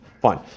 Fine